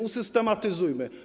Usystematyzujmy.